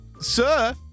sir